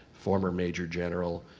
former major general,